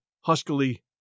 huskily